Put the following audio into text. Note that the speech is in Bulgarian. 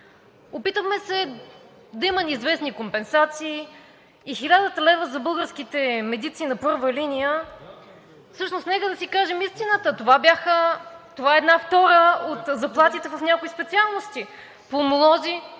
Опитахме се да има известни компенсации и 1000 лв. за българските медици на първа линия. Всъщност нека да си кажем истината: това е една втора от заплатите в някои специалности